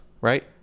right